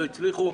לא הצליחו,